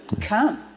come